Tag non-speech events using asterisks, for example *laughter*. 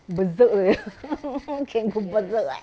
berserk ya *laughs* can go berserk *noise*